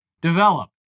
develop